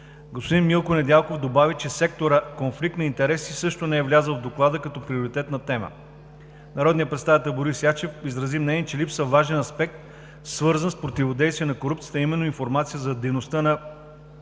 Господин Милко Недялков добави, че и секторът „Конфликт на интереси“ не е влязъл в Доклада като приоритетна тема. Господин Борис Ячев също изрази мнение, че липсва важен аспект, свързан с противодействие на корупцията, а именно информация за дейността на